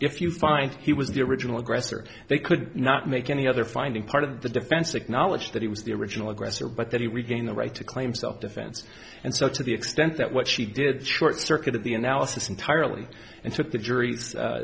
if you find he was the original aggressor they could not make any other finding part of the defense acknowledge that he was the original aggressor but that he will gain the right to claim self defense and so to the extent that what she did short circuited the analysis entirely and took the jury